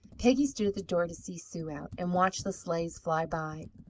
peggy stood at the door to see sue out, and watched the sleighs fly by.